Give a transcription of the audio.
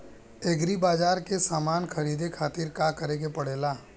Agri बाज़ार से समान ख़रीदे खातिर का करे के पड़ेला?